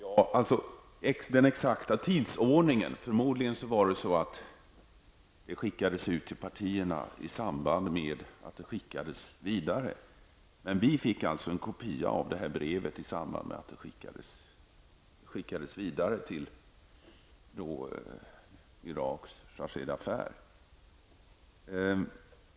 Herr talman! Jag vet inte den exakta tidsföljden. Förmodligen skickades informationen ut till partierna i samband med att brevet sändes vidare. Vi fick alltså en kopia av brevet i samband med att det sändes till Iraks chargé-d'affaires.